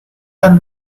are